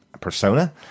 persona